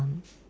uh